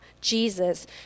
Jesus